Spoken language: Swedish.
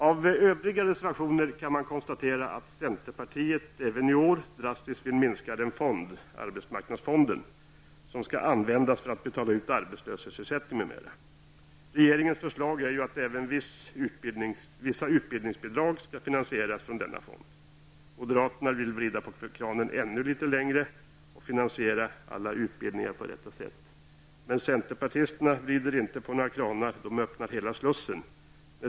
Av övriga reservationer att döma kan det konstateras att centerpartiet även i år drastiskt vill minska den fond, arbetsmarknadsfonden, som skall användas för utbetalning av arbetslöshetsersättning m.m. Regeringens förslag är ju att även vissa utbildningsbidrag skall finansieras med hjälp av denna fond. Moderaterna vill vrida på kranen ännu litet mera och finansiera alla utbildningar på detta sätt. Men centerpartisterna vrider inte på några kranar -- de öppnar hela slussen.